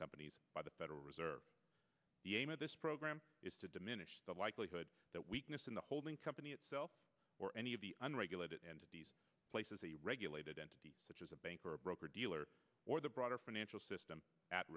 companies by the federal reserve the aim of this program is to diminish the likelihood that weakness in the holding company itself or any of the unregulated and these places a regulated entity such as a bank or a broker dealer or the broader financial system at